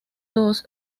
dos